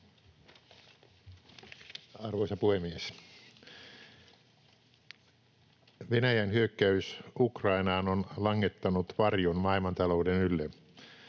Arvoisa puhemies! Venäjän hyökkäys Ukrainaan on langettanut varjon maailmantalouden ylle.